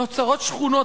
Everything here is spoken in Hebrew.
נוצרות שכונות,